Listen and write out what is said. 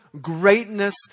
greatness